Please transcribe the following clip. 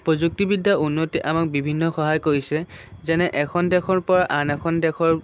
প্ৰযুক্তিবিদ্যাৰ উন্নতিয়ে আমাক বিভিন্ন সহায় কৰিছে যেনে এখন দেশৰ পৰা আন এখন দেশৰ